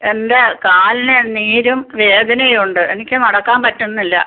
എൻ്റെ കാലിന് നീരും വേദനയുമുണ്ട് എനിക്ക് നടക്കാൻ പറ്റുന്നില്ല